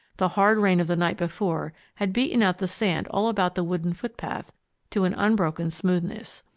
the hard rain of the night before had beaten out the sand all about the wooden foot-path to an unbroken smoothness.